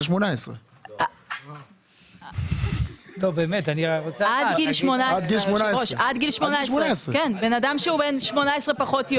זה 18. עד גיל 18. בן אדם שהוא בן 18 פחות,